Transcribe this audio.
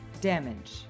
damage